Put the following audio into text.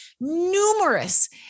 numerous